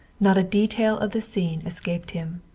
not a detail of the scene escaped him.